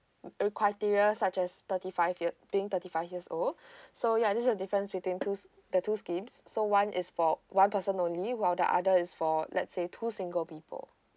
the criteria such as thirty five year being thirty five years old so ya this is the difference between two the two schemes so one is for one person only while the other is for let's say two single people